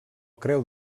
creu